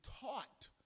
taught